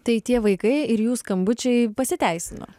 tai tie vaikai ir jų skambučiai pasiteisino